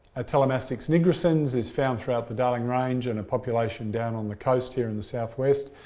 atelomastix nigrescens is found throughout the darling range and a population down on the coast here in the south west.